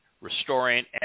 restoring